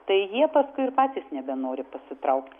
tai jie paskui ir patys nebenori pasitraukti